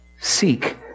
Seek